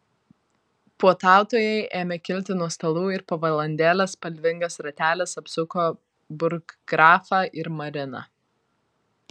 puotautojai ėmė kilti nuo stalų ir po valandėlės spalvingas ratelis apsupo burggrafą ir mariną